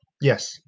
Yes